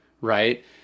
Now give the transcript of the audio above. right